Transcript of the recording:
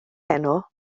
heno